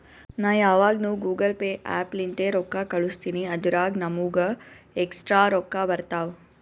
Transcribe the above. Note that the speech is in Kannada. ನಾ ಯಾವಗ್ನು ಗೂಗಲ್ ಪೇ ಆ್ಯಪ್ ಲಿಂತೇ ರೊಕ್ಕಾ ಕಳುಸ್ತಿನಿ ಅದುರಾಗ್ ನಮ್ಮೂಗ ಎಕ್ಸ್ಟ್ರಾ ರೊಕ್ಕಾ ಬರ್ತಾವ್